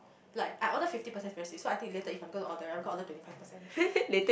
like I ordered fifty percent it's very sweet so I think later if I'm gonna order right I'm gonna order twenty five percent